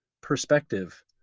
perspective